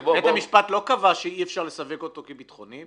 בית המשפט לא קבע שאי-אפשר לסווג אותו כביטחוני.